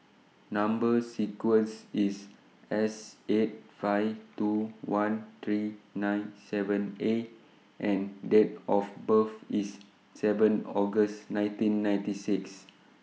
Number sequence IS S eight five two one three nine seven A and Date of birth IS seven August nineteen ninety six